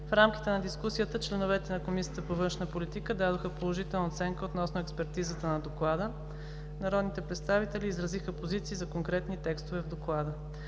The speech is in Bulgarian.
В рамките на дискусията членовете на Комисията по външна политика дадоха положителна оценка относно експертизата на Доклада. Народните представители изразиха позиции за конкретни текстове в Доклада.